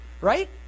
Right